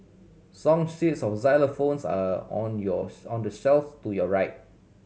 song sheets of xylophones are on your on the shelf's to your right